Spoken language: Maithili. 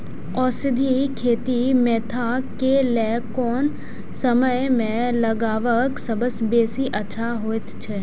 औषधि खेती मेंथा के लेल कोन समय में लगवाक सबसँ बेसी अच्छा होयत अछि?